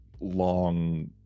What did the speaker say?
long